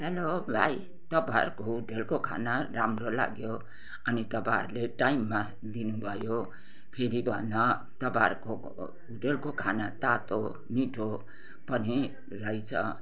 hello भाइ तपाईँहरूको होटेलको खाना राम्रो लाग्यो अनि तपाईँहरूले टाइममा दिनुभयो फेरि भएन तपाईँहरूको हेटेलको खाना तातो मिठो पनि रहेछ